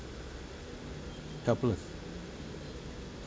helpless